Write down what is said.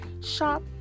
shop